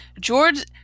George